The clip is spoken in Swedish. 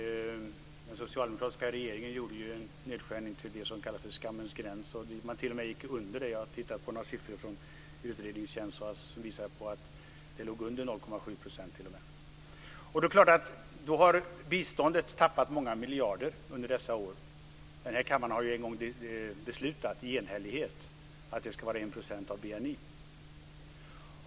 Den socialdemokratiska regeringen gjorde en nedskärning till det som kallas för skammens gräns. Man gick t.o.m. under denna gräns. Jag har tittat på siffror som utredningstjänsten har tagit fram som visar att biståndet låg t.o.m. under 0,7 %. Under dessa år har biståndet tappat många miljarder kronor. Kammaren har en gång enhälligt beslutat att biståndet ska vara 1 % av BNI.